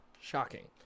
Shocking